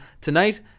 tonight